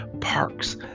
parks